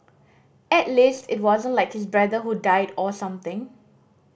at least it wasn't like his brother who died or something